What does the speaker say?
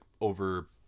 over